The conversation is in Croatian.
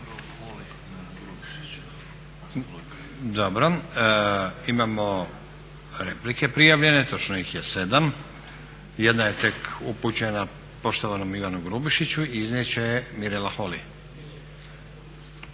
(SDP)** Imamo replike prijavljene, točno ih je 7. Jedna je tek upućena poštovanom Ivanu Grubišiću iznijet će je Mirela Holy.